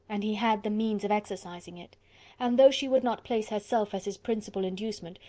and he had the means of exercising it and though she would not place herself as his principal inducement,